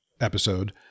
episode